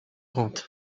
grant